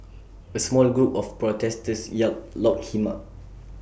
A small group of protesters yelled lock him up